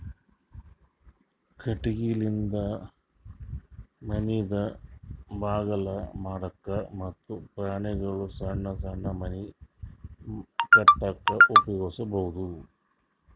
ಕಟಗಿಲಿಂದ ಮನಿದ್ ಬಾಕಲ್ ಮಾಡಕ್ಕ ಮತ್ತ್ ಪ್ರಾಣಿಗೊಳ್ದು ಸಣ್ಣ್ ಸಣ್ಣ್ ಮನಿ ಕಟ್ಟಕ್ಕ್ ಉಪಯೋಗಿಸಬಹುದು